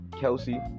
Kelsey